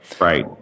Right